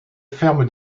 ferme